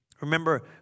Remember